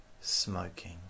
smoking